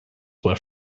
were